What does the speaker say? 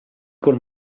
col